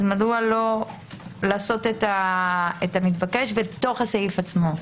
אז מדוע לא לעשות את המתבקש בתוך הסעיף עצמו?